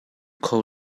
kho